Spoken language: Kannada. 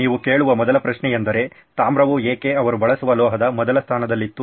ನೀವು ಕೇಳುವ ಮೊದಲ ಪ್ರಶ್ನೆ ಎಂದರೆ ತಾಮ್ರವು ಏಕೆ ಅವರು ಬಳಸುವ ಲೋಹದ ಮೊದಲ ಸ್ಥಾನದಲ್ಲಿತ್ತು